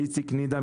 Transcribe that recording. איציק נידם,